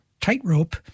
Tightrope